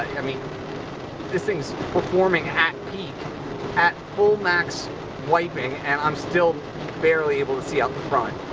i mean this thing is performing at peak at full max wiping and i'm still barely able to see out the front.